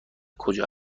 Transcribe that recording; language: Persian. کجا